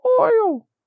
oil